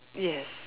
yes